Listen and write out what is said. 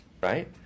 Right